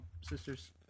sister's